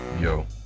Yo